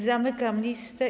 Zamykam listę.